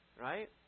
right